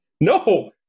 No